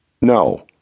No